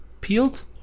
peeled